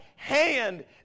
hand